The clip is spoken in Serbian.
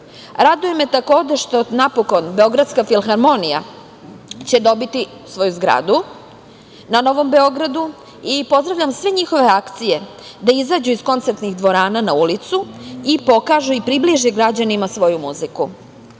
me takođe što napokon Beogradska filharmonija će dobiti svoju zgradu na Novom Beogradu i pozdravljam sve njihove akcije da izađu iz koncertnih dvorana na ulicu i pokažu i približe građanima svoju muziku. Kultura